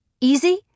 Easy